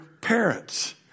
parents